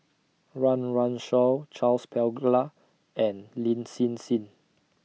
Run Run Shaw Charles Paglar and Lin Hsin Hsin